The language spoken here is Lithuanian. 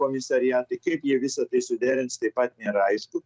komisariatai kaip jie visa tai suderins taip pat nėra aišku